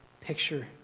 picture